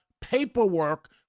paperwork